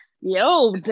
yo